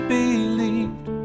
believed